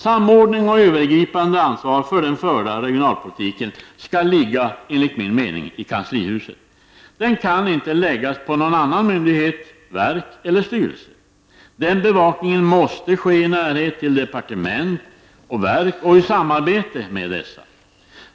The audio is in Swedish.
Samordning och övergripande ansvar för den förda regionalpolitiken skall ligga, enligt min mening, i kanslihuset. Den kan inte läggas över på någon annan myndighet, verk eller styrelse. Bevakningen måste ske i närheten till departement och verk och i samarbete med dessa.